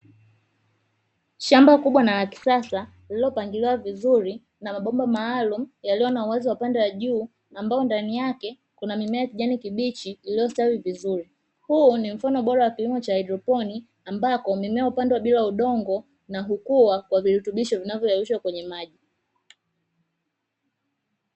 Shamba kubwa na la kisasa liliopangiliwa vizuri na mabomba maalumu yaliyo na uwezo wa upande wa juu, ambao ndani yake kuna mimea ya kijani kibichi iliyostawi vizuri huu ni mkono bora wa kilimo cha haidroponi, ambako nimepandwa bila udongo na hukua kwa virutubisho vinavyolalishwa kwenye maji.